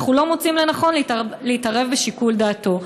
אנחנו לא מוצאים לנכון להתערב בשיקול דעתו".